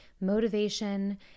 motivation